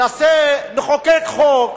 נחוקק חוק